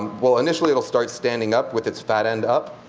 well, initially it'll start standing up with its fat end up.